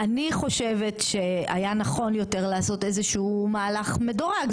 אני חושבת שהיה נכון יותר לעשות איזשהו מהלך מדורג.